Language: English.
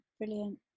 brilliant